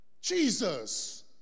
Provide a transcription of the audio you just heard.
Jesus